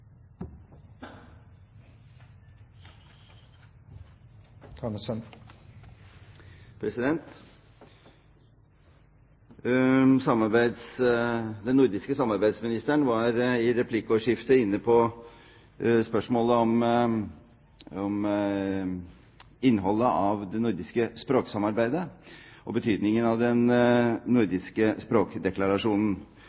Den nordiske samarbeidsministeren var i replikkordskiftet inne på spørsmålet om innholdet av det nordiske språksamarbeidet og betydningen av den